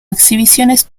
exhibiciones